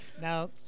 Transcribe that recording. Now